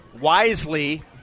wisely